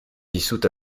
dissoute